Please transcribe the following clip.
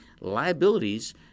liabilities